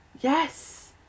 Yes